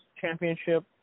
Championship